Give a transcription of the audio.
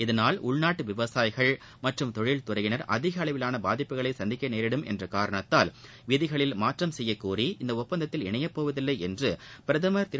இதனால் உள்நாட்டு விவசாயிகள் மற்றும் தொழில்துறையினா் அதிகளவிலான பாதிப்புகளை சந்திக்க நேரிடும் என்ற காரணத்தால் விதிகளில் மாற்றம் செய்யக்கோரி இந்த ஒப்பந்தத்தில் இணையப்போவதில்லை என்று பிரதமர் திரு